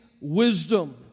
wisdom